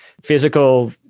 physical